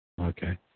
Okay